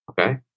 Okay